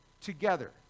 together